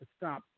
stop